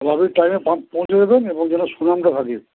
তাহলে আপনি টাইমে পৌঁছে দেবেন এবং যেন সুনামটা থাকে